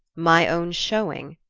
my own showing?